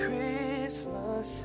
Christmas